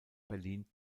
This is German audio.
berlin